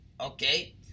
Okay